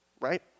right